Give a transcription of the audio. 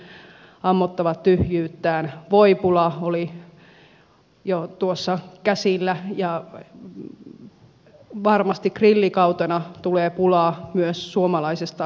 kananmunahyllyt ammottavat tyhjyyttään voipula oli jo tuossa käsillä ja varmasti grillikautena tulee pulaa myös suomalaisesta lihasta